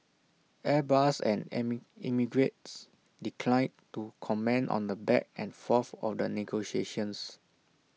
airbus and emirates declined to comment on the back and forth of the negotiations